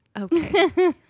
Okay